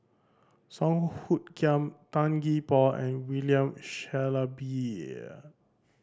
Song Hoot Kiam Tan Gee Paw and William Shellabear